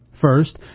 First